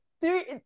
three